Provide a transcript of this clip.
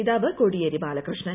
നേതാവ് കോടിയേരി ബാലകൃഷ്ണൻ